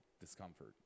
discomfort